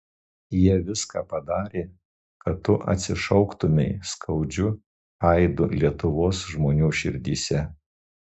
jie viską padarė kad tu atsišauktumei skaudžiu aidu lietuvos žmonių širdyse